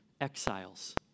exiles